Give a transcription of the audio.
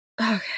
Okay